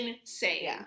insane